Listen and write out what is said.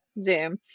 zoom